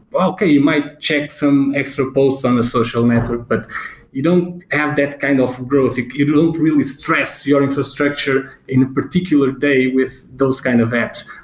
okay, you might check some extra post on a social network, but you don't have that kind of growth. you don't really stress your infrastructure in a particular day with those kind of apps.